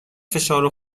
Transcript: فشار